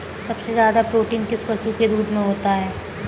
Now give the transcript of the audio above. सबसे ज्यादा प्रोटीन किस पशु के दूध में होता है?